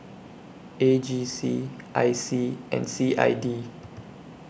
A G C I C and C I D